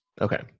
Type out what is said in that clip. Okay